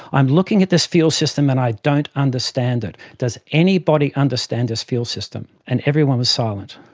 i'm looking at this fuel system and i don't understand it. does anybody understand this fuel system? and everyone was silent.